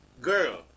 girl